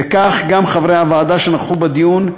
וכך גם חברי הוועדה שנכחו בדיון,